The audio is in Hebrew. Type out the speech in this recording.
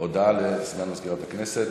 הודעה לסגן מזכירת הכנסת,